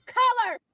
color